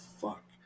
fuck